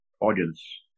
audience